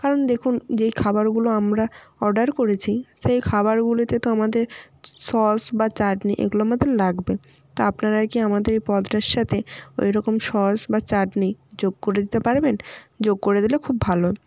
কারণ দেখুন যেই খাবারগুলো আমরা অর্ডার করেছি সেই খাবারগুলোতে তো আমাদের সস বা চাটনি এগুলো আমাদের লাগবে তা আপনারা কি আমাদের এই পদটার সাথে ওইরকম সস বা চাটনি যোগ করে দিতে পারবেন যোগ করে দিলে খুব ভালো